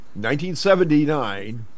1979